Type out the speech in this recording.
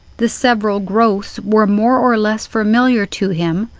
the several growths were more or less familiar to him,